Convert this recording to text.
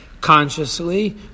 consciously